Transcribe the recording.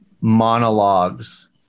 monologues